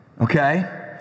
okay